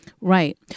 Right